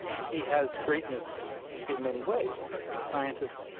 he has greatness in many ways. he's a great scientist.